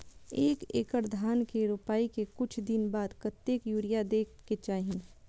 एक एकड़ धान के रोपाई के कुछ दिन बाद कतेक यूरिया दे के चाही?